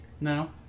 No